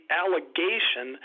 allegation